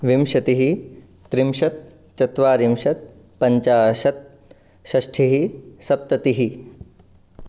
विंशतिः त्रिंशत् चत्वारिंशत् पञ्चाशत् षष्टिः सप्ततिः